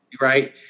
right